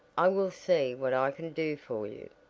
i will see what i can do for you.